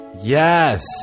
Yes